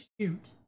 shoot